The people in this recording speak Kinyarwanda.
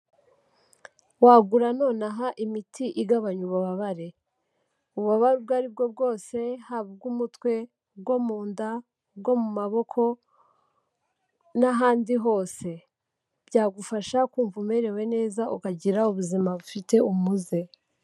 Wagura nonaha imiti igabanya ububabare, ububabare ubwo ari bwo bwose, haba ubw'umutwe, bwo mu nda, bwo mu maboko n'ahandi hose, byagufasha kumva umerewe neza, ukagira ubuzima bufite umuze.